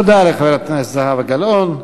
תודה לחברת הכנסת זהבה גלאון.